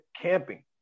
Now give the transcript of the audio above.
camping